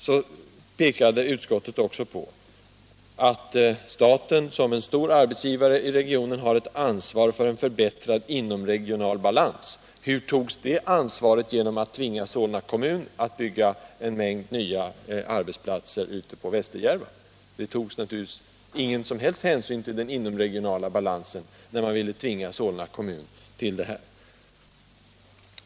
Utskottet pekade också på att ”staten såsom en stor arbetsgivare i 9 regionen har ett ansvar för en förbättrad inomregional balans”. Tog man det ansvaret genom att tvinga Solna kommun att bygga en mängd nya arbetsplatser ute i Västerjärva? Det togs naturligtvis ingen som helst hänsyn till den inomregionala balansen när man ville tvinga Solna kommun till detta.